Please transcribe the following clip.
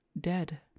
Dead